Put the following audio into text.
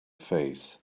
face